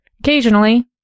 Occasionally